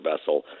vessel